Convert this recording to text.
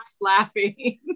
laughing